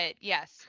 yes